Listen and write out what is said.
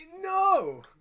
No